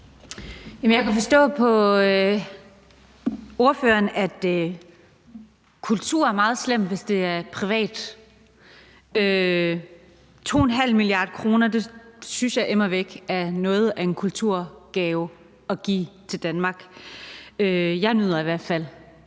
Jeg kan forstå på ordføreren, at kultur er meget slemt, hvis det er privat. 2,5 mia. kr. synes jeg immer væk er noget af en kulturgave at give til Danmark. Jeg nyder i hvert fald,